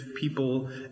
people